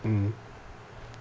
mmhmm